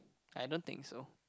I don't think so